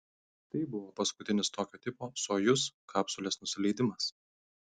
tai buvo paskutinis tokio tipo sojuz kapsulės nusileidimas